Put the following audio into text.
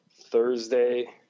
Thursday